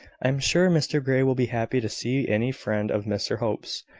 i am sure mr grey will be happy to see any friend of mr hope's.